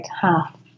half